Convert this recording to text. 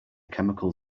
chemical